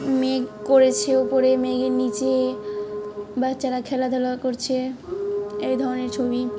মেঘ করেছে ওপরে মেঘের নিচে বাচ্চারা খেলাধুলা করছে এই ধরনের ছবি